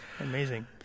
Amazing